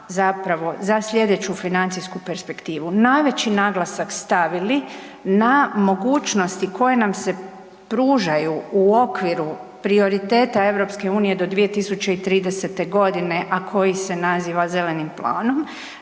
zapravo za slijedeću financijsku perspektivu najveći naglasak stavili na mogućnosti koje nam se pružaju u okviru prioriteta EU do 2030. godine, a koji se naziva zelenim planom